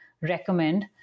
recommend